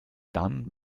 dann